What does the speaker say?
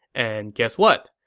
and guess what?